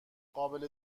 قابل